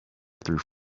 through